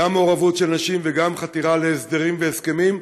גם מעורבות של נשים וגם חתירה להסדרים והסכמים.